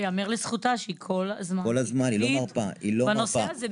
וייאמר לזכותה שהיא כל הזמן עקבית בנושא הזה.